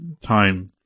time